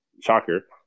shocker